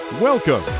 Welcome